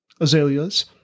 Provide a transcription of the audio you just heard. azaleas